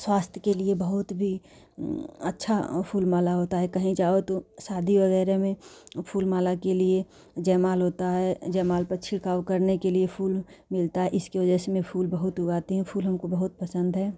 स्वास्थ के बहुत भी अच्छा फूल माला होता है कहीं जाओ तो शादी वगैरह में फूल माला के लिए जयमाला होता है जयमाला पर छिड़काव करने के लिए फूल मिलता है इसके वजह से मैं फूल बहुत उगाती हूँ फूल हमको बहुत पसंद है